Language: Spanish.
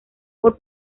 por